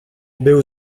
był